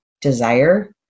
desire